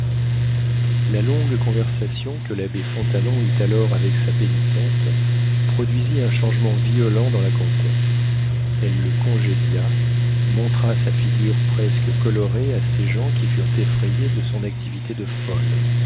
la longue conversation que l'abbé fontanon eut alors avec sa pénitente produisit un changement violent dans la comtesse elle le congédia montra sa figure presque colorée à ses gens qui furent effrayés de son activité de folle